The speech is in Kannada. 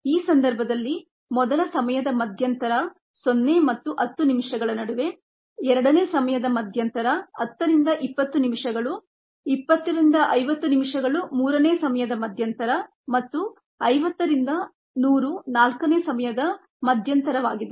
ಈ ಸಂದರ್ಭದಲ್ಲಿ ಮೊದಲ ಸಮಯದ ಮಧ್ಯಂತರ 0 ಮತ್ತು 10 ನಿಮಿಷಗಳ ನಡುವೆ ಎರಡನೇ ಸಮಯದ ಮಧ್ಯಂತರ 10 ರಿಂದ 20 ನಿಮಿಷಗಳು 20 ರಿಂದ 50 ನಿಮಿಷಗಳು ಮೂರನೇ ಸಮಯದ ಮಧ್ಯಂತರ ಮತ್ತು 50 ರಿಂದ 100 ನಾಲ್ಕನೇ ಸಮಯದ ಮಧ್ಯಂತರವಾಗಿದೆ